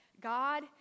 God